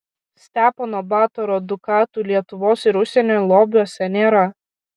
stepono batoro dukatų lietuvos ir užsienio lobiuose nėra